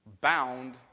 bound